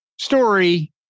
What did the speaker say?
story